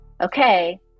okay